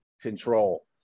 control